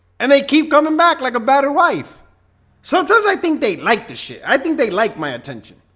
and they keep coming back like a better wife sometimes i think they like the shit. i think they like my attention.